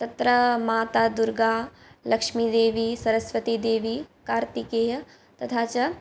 तत्र माता दुर्गा लक्ष्मीदेवी सरस्वतीदेवी कार्तिकेयः तथा च